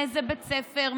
מאיזה בית ספר,